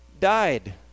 died